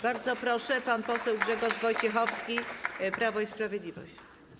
Bardzo proszę, pan poseł Grzegorz Wojciechowski, Prawo i Sprawiedliwość.